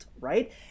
right